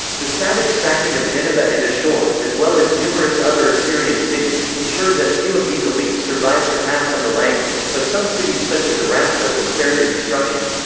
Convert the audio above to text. the savage sacking of nineveh and assur, as well as numerous other assyrian cities, ensured that few of these elites survived to pass on the language, but some cities such as arrapkha were spared the destruction.